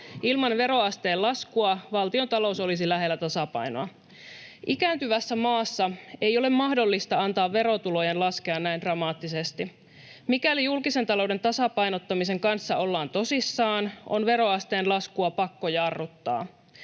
Ilman veroasteen laskua valtiontalous olisi lähellä tasapainoa. Ikääntyvässä maassa ei ole mahdollista antaa verotulojen laskea näin dramaattisesti. Mikäli julkisen talouden tasapainottamisen kanssa ollaan tosissaan, on veroasteen laskua pakko jarruttaa.